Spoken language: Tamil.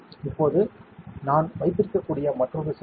இப்போது நாம் வைத்திருக்கக்கூடிய மற்றொரு சென்சார்